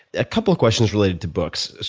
a couple of questions related to books.